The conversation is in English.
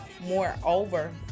Moreover